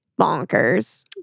bonkers